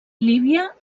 líbia